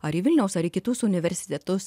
ar į vilniaus ar į kitus universitetus